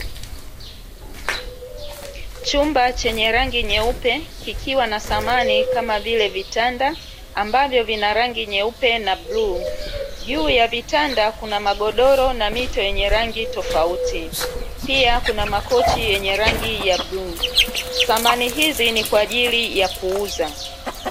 Chumba chenye rangi nyeupe kikiwa na samani kama vile vitanda, ambavyo vina rangi nyeupe na bluu. Juu ya vitanda kuna magodoro na mito yenye rangi tofauti pia kuna makochi yenye rangi ya bluu, samani hizi ni kwa ajili ya kuuza.